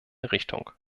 richtung